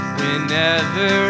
whenever